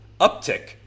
uptick